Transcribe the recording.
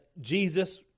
Jesus